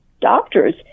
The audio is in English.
doctors